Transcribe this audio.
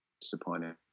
disappointed